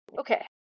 okay